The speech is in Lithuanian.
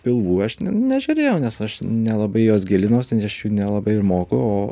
pilvų aš nežiūrėjau nes aš nelabai į juos gilinuosi aš jų nelabai ir moku o